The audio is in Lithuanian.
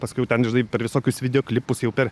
paskiau ten žinai per visokius videoklipus jau per